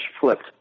flipped